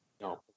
No